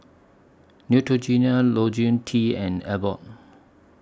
Neutrogena Ionil T and Abbott